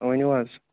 ؤنِو حظ